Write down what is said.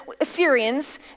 Assyrians